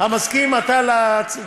המסכים אתה להצעה?